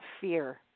fear